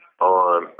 on